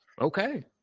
Okay